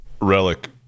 Relic